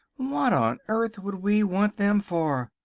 what on earth would we want them for?